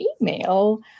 email